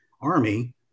Army